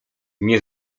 nie